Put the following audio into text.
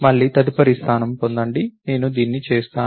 మళ్ళీ తదుపరి స్థానం పొందండి నేను దీన్ని చేస్తాను